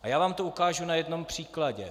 Já vám to ukážu na jednom příkladě.